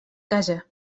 casa